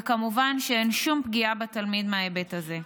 וכמובן שאין שום פגיעה בתלמיד מההיבט הזה.